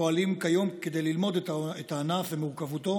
פועלים כיום כדי ללמוד את הענף ומורכבותו